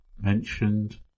mentioned